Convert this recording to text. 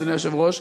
אדוני היושב-ראש,